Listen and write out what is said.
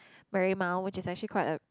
Marymount which is actually quite a